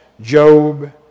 Job